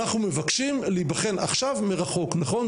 אנחנו מבקשים להיבחן עכשיו מרחוק, נכון?